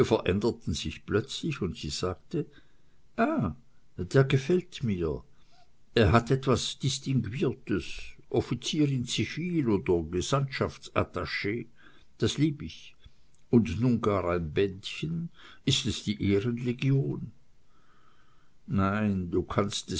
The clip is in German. veränderten sich plötzlich und sie sagte ah der gefällt mir er hat etwas distinguiertes offizier in zivil oder gesandtschaftsattach das lieb ich und nun gar ein bändchen ist es die ehrenlegion nein du kannst